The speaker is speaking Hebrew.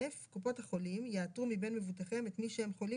קופות החולים יאתרו מבין מבוטחיהם את מי שהם חולים